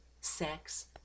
sex